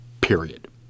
Period